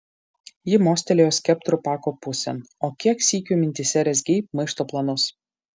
ji mostelėjo skeptru pako pusėn o kiek sykių mintyse rezgei maišto planus